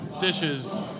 dishes